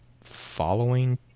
following